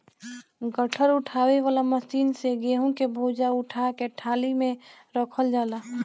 गट्ठर उठावे वाला मशीन से गेंहू क बोझा उठा के टाली में रखल जाला